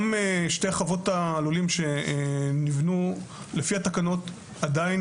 גם שתי חוות הלולים שנבנו לפי התקנות עדיין